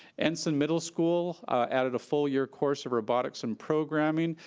ensign middle school added a full year course of robotics and programming.